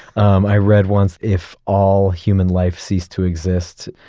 um i read once if all human life ceased to exist,